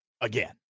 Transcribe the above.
again